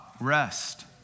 rest